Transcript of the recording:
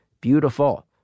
beautiful